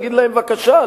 נגיד להם: בבקשה,